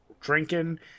drinking